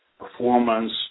Performance